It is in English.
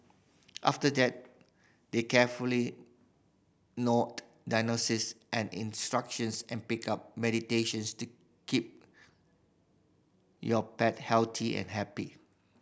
after that they carefully note diagnoses and instructions and pick up to keep your pet healthy and happy